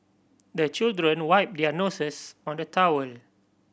the children wipe their noses on the towel